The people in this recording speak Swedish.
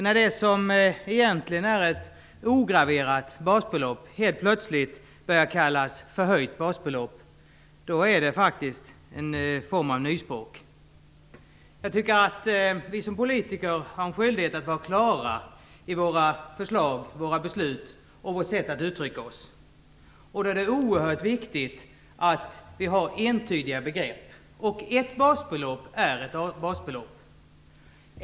När det som egentligen är ett ograverat basbelopp helt plötsligt börjar kallas förhöjt basbelopp är det faktiskt en form av nyspråk. Jag tycker att vi som politiker har en skyldighet att vara klara i våra förslag, våra beslut och vårt sätt att uttrycka oss. Då är det oerhört viktigt att vi har entydiga begrepp. Ett basbelopp är ett basbelopp.